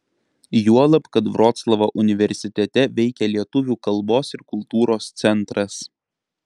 juolab kad vroclavo universitete veikia lietuvių kalbos ir kultūros centras